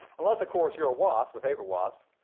unless, of course, you're a wasp, a paper wasp.